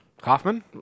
Kaufman